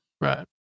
Right